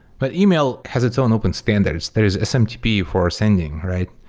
but email has its own open standards. there is smtp for sending, right?